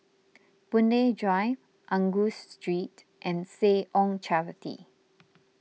Boon Lay Drive Angus Street and Seh Ong Charity